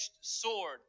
sword